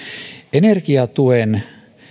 energiatuen